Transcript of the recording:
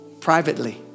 privately